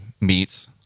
Meats